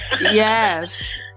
yes